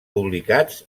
publicats